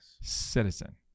citizen